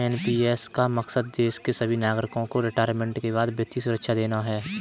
NPS का मकसद देश के सभी नागरिकों को रिटायरमेंट के बाद वित्तीय सुरक्षा देना है